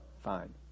Fine